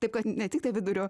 taip ne tiktai vidurio